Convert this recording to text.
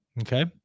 Okay